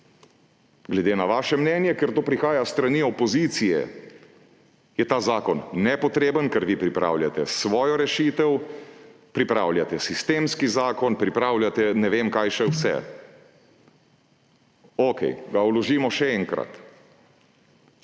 Glede na vaše mnenje, ker to prihaja s strani opozicije, je ta zakon nepotreben, ker vi pripravljate svojo rešitev, pripravljate sistemski zakon, pripravljate ne vem kaj še vse. Okej, ga vložimo še enkrat.